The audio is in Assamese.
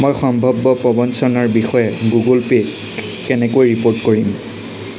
মই সাম্ভাৱ্য প্ৰৱঞ্চনাৰ বিষয়ে গুগল পে'ক কেনেকৈ ৰিপ'ৰ্ট কৰিম